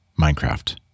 Minecraft